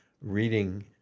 Reading